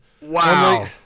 Wow